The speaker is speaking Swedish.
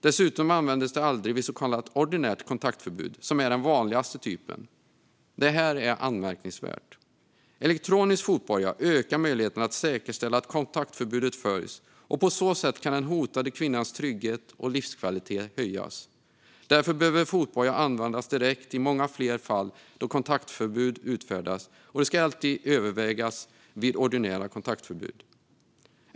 Dessutom används detta aldrig vid så kallat ordinärt kontaktförbud, som är den vanligaste typen. Det här är anmärkningsvärt. Elektronisk fotboja ökar möjligheterna att säkerställa att kontaktförbudet följs. På så sätt kan den hotade kvinnans trygghet och livskvalitet höjas. Därför behöver fotboja användas direkt i många fler fall då kontaktförbud utfärdas, och det ska alltid övervägas vid ordinära kontaktförbud.